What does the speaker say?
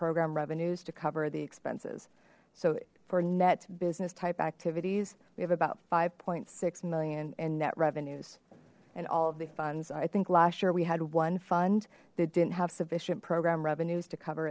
program revenues to cover the expenses so for net business type activities we have about five six million in net revenues and all of the funds i think last year we had one fund that didn't have sufficient program revenues to cover